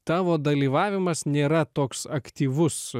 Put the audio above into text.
tavo dalyvavimas nėra toks aktyvus